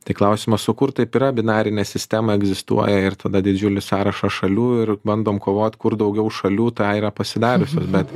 tai klausimas sukurt taip yra binarinė sistema egzistuoja ir tada didžiulis sąrašas šalių ir bandom kovot kur daugiau šalių tą yra pasidariusios bet